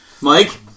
Mike